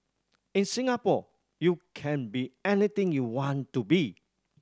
in Singapore you can be anything you want to be